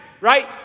right